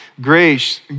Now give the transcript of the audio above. grace